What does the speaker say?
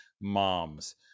moms